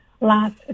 last